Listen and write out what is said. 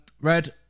Red